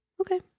Okay